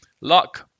Luck